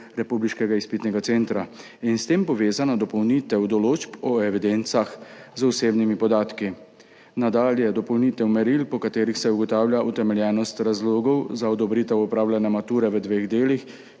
republiškega izpitnega centra, in s tem povezana dopolnitev določb o evidencah z osebnimi podatki. Nadalje dopolnitev meril, po katerih se ugotavlja utemeljenost razlogov za odobritev opravljene mature v dveh delih,